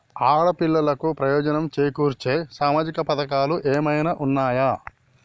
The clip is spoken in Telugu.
ఆడపిల్లలకు ప్రయోజనం చేకూర్చే సామాజిక పథకాలు ఏమైనా ఉన్నయా?